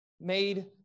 made